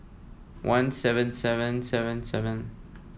one seven seven seven seven